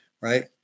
right